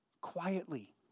quietly